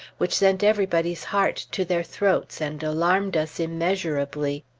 which sent everybody's heart to their throats, and alarmed us immeasurably.